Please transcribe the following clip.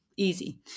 Easy